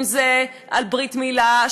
אם זה על ברית מילה,